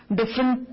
different